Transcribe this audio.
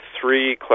three